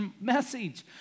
message